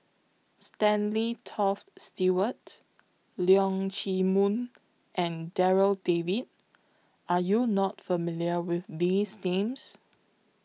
Stanley Toft Stewart Leong Chee Mun and Darryl David Are YOU not familiar with These Names